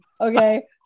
Okay